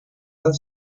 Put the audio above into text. their